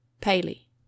Paley